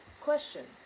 question